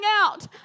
out